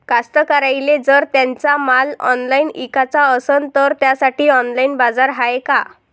कास्तकाराइले जर त्यांचा माल ऑनलाइन इकाचा असन तर त्यासाठी ऑनलाइन बाजार हाय का?